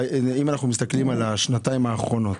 אם אנחנו מסתכלים על השנתיים האחרונות,